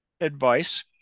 advice